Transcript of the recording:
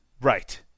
Right